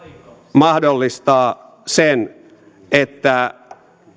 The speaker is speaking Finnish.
mahdollistaa sen että